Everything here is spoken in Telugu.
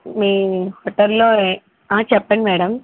మీ ట్వీటర్లో చెప్పండి మేడం